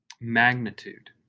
magnitude